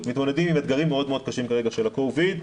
מתמודדות עם אתגרים מאוד קשים כרגע של ה-covid,